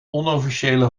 onofficiële